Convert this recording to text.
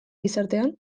gizartean